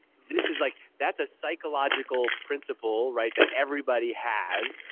this is like, that's a psychological principle right, that everybody has.